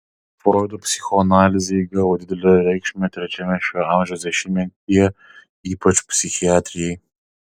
froido psichoanalizė įgavo didelę reikšmę trečiame šio amžiaus dešimtmetyje ypač psichiatrijai